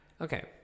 Okay